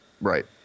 Right